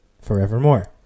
forevermore